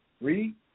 Read